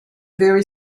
very